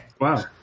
Wow